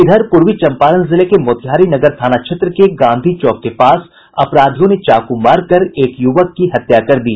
इधर पूर्वी चंपारण जिले के मोतिहारी नगर थाना क्षेत्र के गांधी चौक के पास अपराधियों ने चाकू मारकर एक युवक की हत्या कर दी